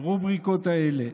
הרובריקות האלה.